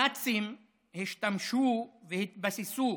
הנאצים השתמשו והתבססו